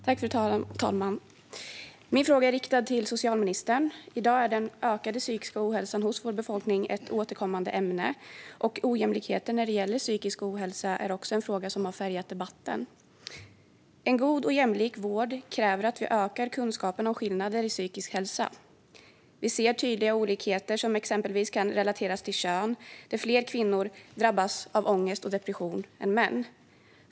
Fru talman! Min fråga är riktad till socialministern. I dag är den ökade psykiska ohälsan hos vår befolkning ett återkommande ämne. Ojämlikheten när det gäller psykisk ohälsa är också en fråga som har färgat debatten. En god och jämlik vård kräver att vi ökar kunskapen om skillnader i psykisk hälsa. Vi ser tydliga olikheter som exempelvis kan relateras till kön där fler kvinnor drabbas av ångest och depression än män.